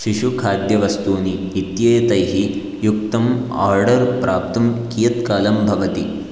शिशु खाद्यवस्तूनि इत्येतैः युक्तम् आर्डर् प्राप्तुं कियत् कालं भवति